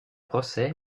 procès